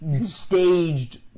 Staged